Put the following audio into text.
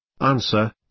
Answer